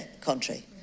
country